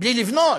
בלי לבנות,